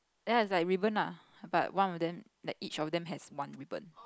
then is like ribbon ah but one of them like each of them has one ribbon